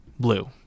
Blue